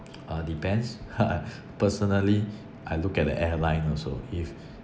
uh depends personally I look at the airline also if